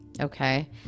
okay